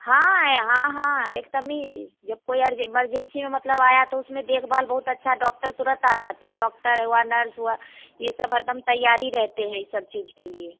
हाँ ये हाँ हाँ एकदम ही जब कोई अर इमरजेंसी में मतलब आया तो उसमें देख बहाल बहुत अच्छा डाक्टर तुरंत आ जाते हैं डाक्टर हुआ नर्स हुआ ये सब हरदम तैयार ही रहते हैं ये सब चीज के लिए